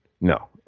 no